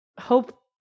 hope